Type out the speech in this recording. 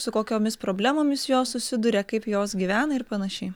su kokiomis problemomis jos susiduria kaip jos gyvena ir panašiai